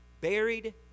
buried